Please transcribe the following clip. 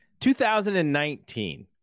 2019